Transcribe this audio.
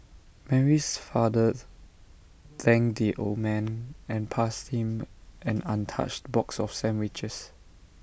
Mary's fathers thanked the old man and passed him an untouched box of sandwiches